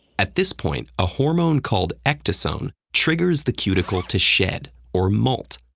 at this point, a hormone called ecdysone triggers the cuticle to shed, or molt.